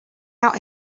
out